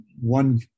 one